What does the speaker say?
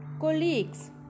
colleagues